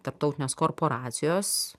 tarptautinės korporacijos